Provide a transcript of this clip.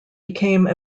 became